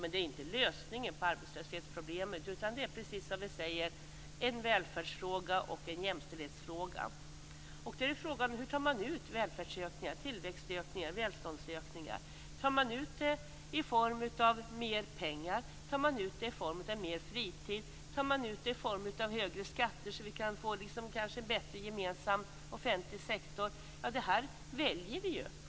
Det är dock inte lösningen på arbetslöshetsproblemet. I stället är det, precis som vi säger, en välfärdsfråga och en jämställdhetsfråga. Hur tar man då ut välfärdsökningar, tillväxtökningar och välståndsökningar? Tas de ut i form av mer pengar, i form av mer fritid eller i form av högre skatter så att vi kanske kan få en bättre gemensam, offentlig, sektor?